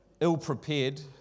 ill-prepared